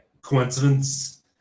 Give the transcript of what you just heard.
coincidence